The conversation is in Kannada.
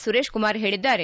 ಸುರೇಶ್ ಕುಮಾರ್ ಹೇಳಿದ್ದಾರೆ